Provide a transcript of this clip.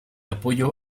apoyo